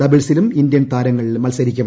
ഡബിൾസിലും Indian താരങ്ങൾ മത്സരിക്കും